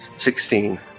Sixteen